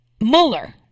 Mueller